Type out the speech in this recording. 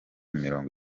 mirongo